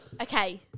Okay